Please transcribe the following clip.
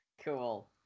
Cool